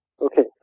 Okay